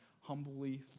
humbly